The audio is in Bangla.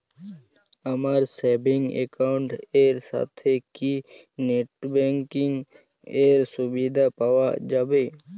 আমার সেভিংস একাউন্ট এর সাথে কি নেটব্যাঙ্কিং এর সুবিধা পাওয়া যাবে?